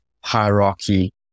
hierarchy